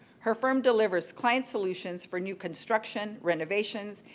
her firm delivers client solutions for new construction, renovations,